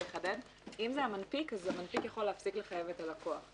אם זה המנפיק אז המנפיק יכול להפסיק לחייב את הלקוח.